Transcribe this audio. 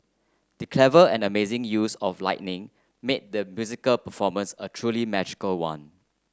the clever and amazing use of lighting made the musical performance a truly magical one